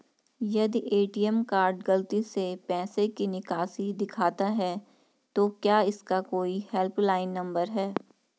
यदि ATM card गलती से पैसे की निकासी दिखाता है तो क्या इसका कोई हेल्प लाइन नम्बर है?